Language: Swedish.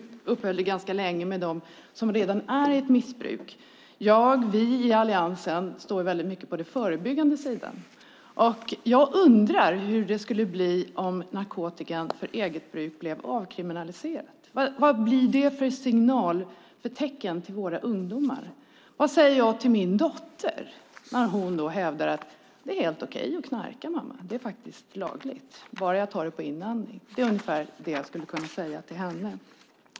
Lena uppehöll sig ganska länge vid frågan om dem som redan är i ett missbruk. Vi i alliansen står väldigt mycket på förebyggandesidan. Jag undrar hur det skulle bli om narkotika för eget bruk avkriminaliserades. Vilken signal, vilket tecken, ger inte det till våra ungdomar! Frågan är vad jag då säger till min dotter när hon säger: Det är helt okej att knarka, mamma. Det är faktiskt lagligt bara jag tar knarket på inandning. Det är ungefär vad jag skulle kunna säga.